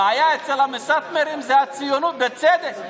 הבעיה אצל הסאטמרים זה הציונות, בצדק.